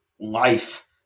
life